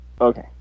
Okay